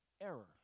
error